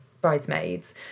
bridesmaids